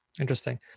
Interesting